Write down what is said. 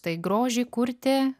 tai grožį kurti